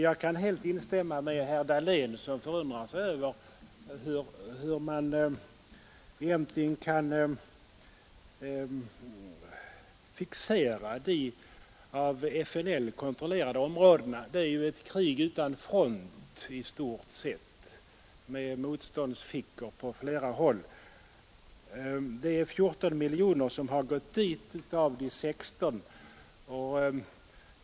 Jag kan helt instämma med herr Dahlén, som undrade hur man kan fixera de av FNL kontrollerade områdena. Det är ju i stort sett ett krig utan front med motståndsfickor på flera håll. Det är 14 miljoner kronor av 16 som har gått till av FNL kontrollerade områden.